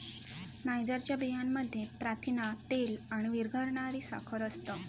नायजरच्या बियांमध्ये प्रथिना, तेल आणि विरघळणारी साखर असता